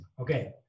okay